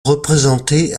représenté